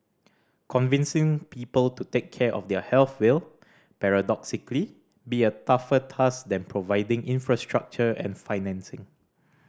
convincing people to take care of their health will paradoxically be a tougher task than providing infrastructure and financing